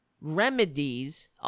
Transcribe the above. remedies